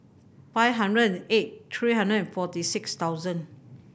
five hundred and eight three hundred and forty six thousand